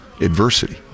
adversity